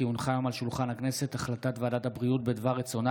כי הונחה היום על שולחן הכנסת הודעת ועדת הבריאות בדבר רצונה